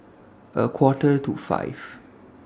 A Quarter to five